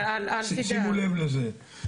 שימו לב לזה.